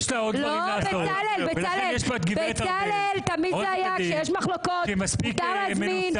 יש לה עוד דברים לעשות ולכן יש פה את גברת ארבל שהיא מספיק מנוסה.